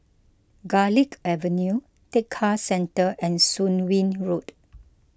Garlick Avenue Tekka Centre and Soon Wing Road